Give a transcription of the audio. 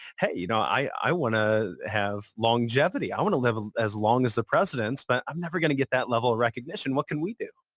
hey, you know i want to have longevity. i want to live as long as the presidents but i'm never going to get that level recognition. what can we do?